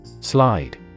Slide